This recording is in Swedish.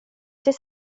ser